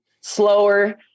slower